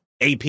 AP